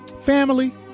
Family